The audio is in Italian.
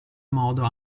modo